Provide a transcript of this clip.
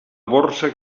borsa